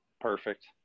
Perfect